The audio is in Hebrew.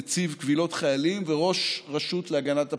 נציב קבילות חיילים וראש רשות להגנת הפרטיות.